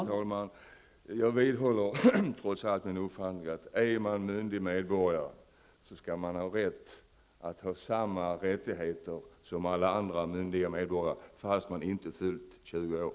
Herr talman! Jag vidhåller trots allt min uppfattning att om man är en myndig medborgare, skall man ha samma rättigheter som alla andra myndiga medborgare, trots att man inte fyllt 20 år.